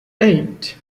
eight